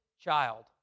child